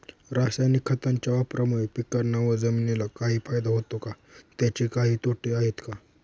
रासायनिक खताच्या वापरामुळे पिकांना व जमिनीला काही फायदा होतो का? त्याचे काही तोटे आहेत का?